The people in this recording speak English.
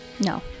No